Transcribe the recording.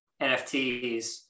NFTs